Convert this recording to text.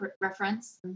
reference